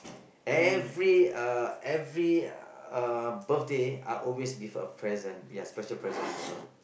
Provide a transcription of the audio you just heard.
every uh every uh birthday I always give her a present ya special present for her